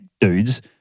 dudes